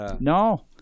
no